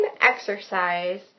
exercise